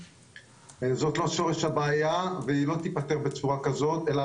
זה לא שורש הבעיה והיא לא תיפתר בצורה כזאת אלא